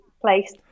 place